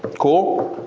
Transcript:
but cool?